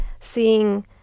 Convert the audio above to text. seeing